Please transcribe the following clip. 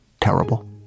terrible